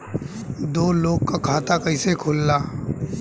दो लोगक खाता कइसे खुल्ला?